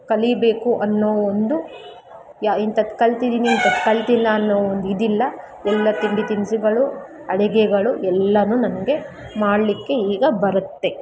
ಕಲೀಬೇಕು ಅನ್ನೊ ಒಂದು ಯಾ ಇಂಥದ್ ಕಲಿತಿದೀನಿ ಇಂಥದ್ ಕಲಿತಿಲ್ಲ ಅನ್ನೋ ಒಂದು ಇದಿಲ್ಲ ಎಲ್ಲ ತಿಂಡಿ ತಿನಿಸುಗಳು ಅಡಿಗೆಗಳು ಎಲ್ಲಾ ನನಗೆ ಮಾಡಲಿಕ್ಕೆ ಈಗ ಬರುತ್ತೆ